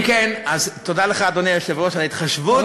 תודה לך, אדוני היושב-ראש, על ההתחשבות.